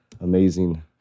amazing